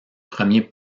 premier